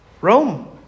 Rome